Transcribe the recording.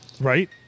Right